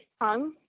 tongue